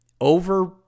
over